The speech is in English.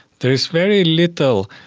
there is very little.